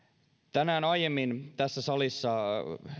tänään aiemmin tässä salissa